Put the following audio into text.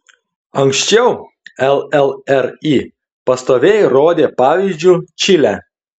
anksčiau llri pastoviai rodė pavyzdžiu čilę